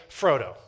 Frodo